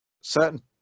certain